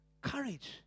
Courage